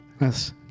Yes